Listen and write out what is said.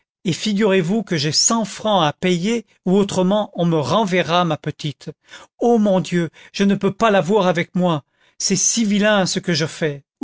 et figurez-vous que j'ai cent francs à payer ou autrement on me renverra ma petite ô mon dieu je ne peux pas l'avoir avec moi c'est si vilain ce que je fais